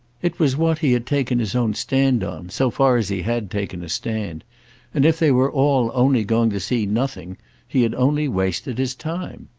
it was what he had taken his own stand on, so far as he had taken a stand and if they were all only going to see nothing he had only wasted his time.